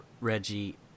reggie